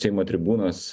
seimo tribūnos